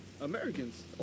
Americans